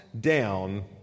down